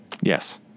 Yes